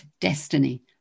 destiny